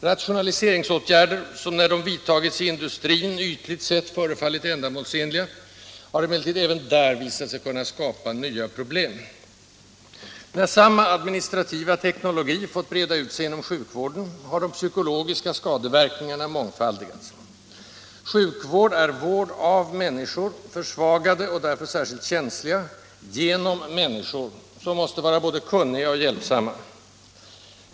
Rationaliseringsåtgärder, som när de vidtagits i industrin ytligt sett förefallit ändamålsenliga, har emellertid även där visat sig kunna skapa nya problem. När samma administrativa teknologi fått breda ut sig inom sjukvården har de psykologiska skadeverkningarna mångfaldigats. Sjukvård är vård av människor, försvagade och därför särskilt känsliga, genom människor, som måste vara både kunniga och hjälpsamma.